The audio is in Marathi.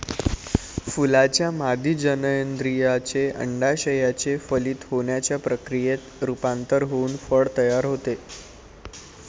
फुलाच्या मादी जननेंद्रियाचे, अंडाशयाचे फलित होण्याच्या प्रक्रियेत रूपांतर होऊन फळ तयार होते